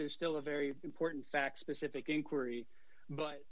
there's still a very important facts specific inquiry but